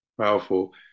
Powerful